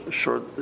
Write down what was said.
short